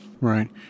Right